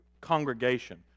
congregation